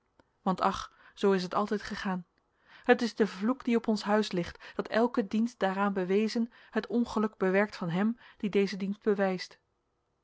want ach zoo is het altijd gegaan het is de vloek die op ons huis ligt dat elke dienst daaraan bewezen het ongeluk bewerkt van hem die dezen dienst bewijst